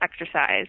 exercise